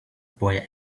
boy